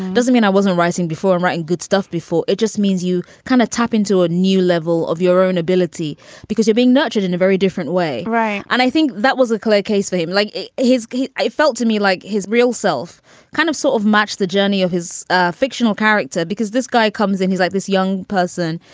doesn't mean i wasn't writing before, and writing good stuff before. it just means you kind of tap into a new level of your own ability because you're being nurtured in a very different way. right. and i think that was a clear case for him like his. i felt to me like his real self kind of sort of match the journey of his ah fictional character, because this guy comes in, he's like this young person.